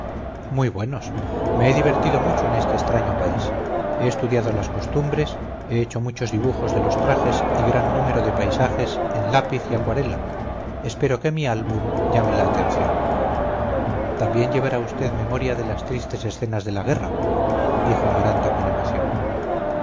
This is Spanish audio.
muy buenos me he divertido mucho en este extraño país he estudiado las costumbres he hecho muchos dibujos de los trajes y gran número de paisajes en lápiz y acuarela espero que mi álbum llame la atención también llevará usted memoria de las tristes escenas de la guerra dijo amaranta con emoción